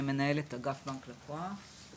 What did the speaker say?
מנהלת אגף בנק-לקוח,